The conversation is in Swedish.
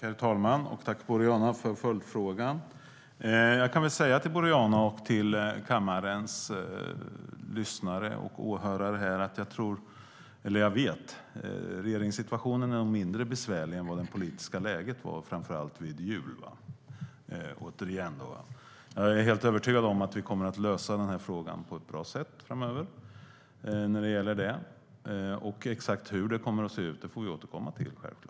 Herr talman! Tack, Boriana, för följdfrågan! Jag kan säga till Boriana och till lyssnare och åhörare i kammaren att jag vet - regeringssituationen är nog mindre besvärlig än det politiska läget var, framför allt vid jul - och är helt övertygad om att vi kommer att lösa den här frågan på ett bra sätt framöver. Exakt hur det kommer att se ut får vi återkomma till.